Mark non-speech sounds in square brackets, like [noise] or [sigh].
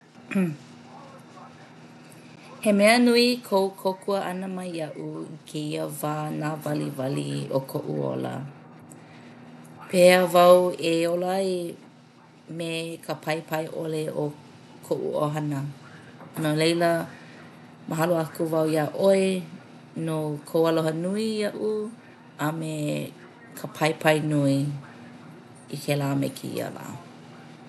[noise] He mea nui kou kōkua ʻana mai iaʻu kēia wā nāwaliwali o koʻu ola. Pehea wau e ola ai me ka paipai ʻole o koʻu ʻohana no laila mahalo aku wau iā ʻoe no kou aloha nui iaʻu a me ka paipai nui i kēlā me kēia lā.